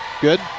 Good